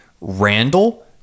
Randall